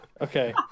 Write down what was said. Okay